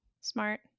Smart